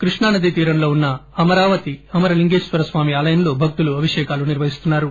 కృష్ణానది తీరంలో ఉన్న అమరావతి అమర లింగేశ్వర స్వామి ఆలయంలో భక్తులు అభిషేకాలు నిర్వహిస్తున్నారు